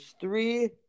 three